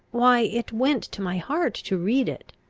why it went to my heart to read it.